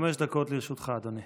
חמש דקות לרשותך, אדוני,